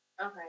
Okay